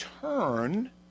turn